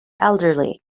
elderly